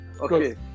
Okay